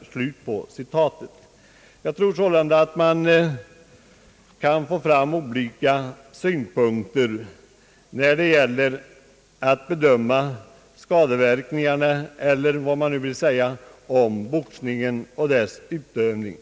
Jag tror sålunda att man kan få fram olika synpunkter när det gäller att bedöma skadeverkningarna eller vad man nu vill säga om boxningen och dess utövning.